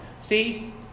See